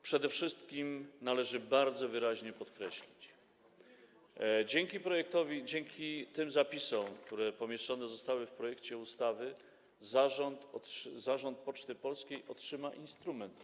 Przede wszystkim należy bardzo wyraźnie podkreślić, że dzięki projektowi, dzięki tym zapisom, które zamieszczone zostały w projekcie ustawy, zarząd Poczty Polskiej otrzyma do ręki instrument.